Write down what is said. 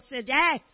today